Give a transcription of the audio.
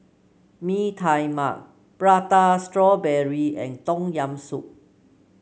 Mee Tai Mak Prata Strawberry and Tom Yam Soup